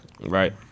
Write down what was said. Right